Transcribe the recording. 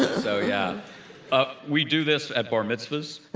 so yeah ah we do this at bar mitzvahs.